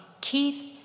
Keith